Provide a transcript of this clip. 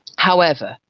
however,